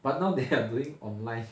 but now they are doing online